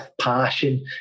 passion